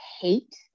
hate